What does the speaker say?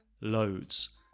loads